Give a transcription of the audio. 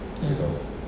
mm